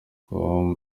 com